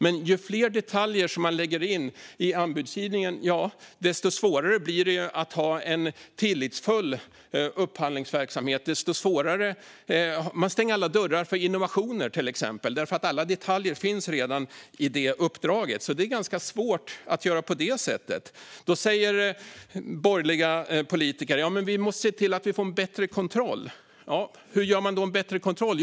Men ju fler detaljer man lägger in i anbudsgivningen, desto svårare blir det att ha en tillitsfull upphandlingsverksamhet. Man stänger alla dörrar för innovationer, till exempel, därför att alla detaljer finns redan i det uppdraget, så det är ganska svårt att göra på det sättet. Då säger borgerliga politiker: Vi måste se till att vi får en bättre kontroll. Hur får man då en bättre kontroll?